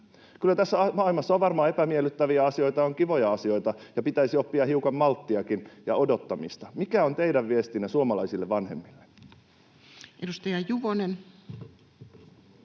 Kyllä tässä maailmassa on varmaan epämiellyttäviä asioita ja on kivoja asioita, ja pitäisi oppia hiukan malttiakin ja odottamista. Mikä on teidän viestinne suomalaisille vanhemmille? [Speech